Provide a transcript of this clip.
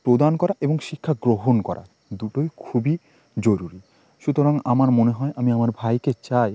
প্রদান করা এবং শিক্ষা গ্রহণ করা দুটোই খুবই জরুরি সুতরাং আমার মনে হয় আমি আমার ভাইকে চাই